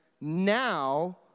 now